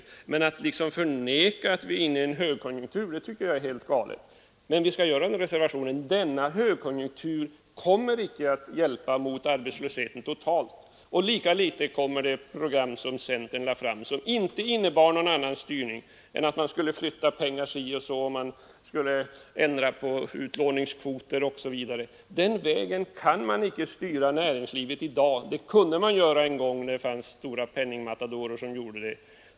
Jag tycker att det är helt galet att förneka att vi är inne i en högkonjunktur, men vi skall göra reservationen: denna högkonjunktur kommer inte att hjälpa mot arbetslösheten totalt. Det skulle inte heller det program som centern lade fram, som inte innebär någon annan styrning än att flytta pengar, ändra på utlåningskvoter osv. Den vägen kan man inte styra näringslivet i dag. Det kunde ske en gång när det fanns stora penningmatadorer som gjorde det.